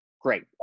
Great